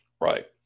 Right